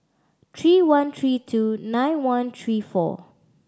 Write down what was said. three one three two nine one three four